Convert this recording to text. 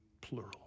plural